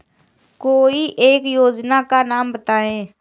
कोई एक योजना का नाम बताएँ?